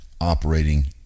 operating